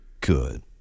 good